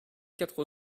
quatre